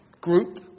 group